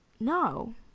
No